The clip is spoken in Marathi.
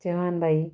चव्हानबाई